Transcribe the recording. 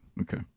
Okay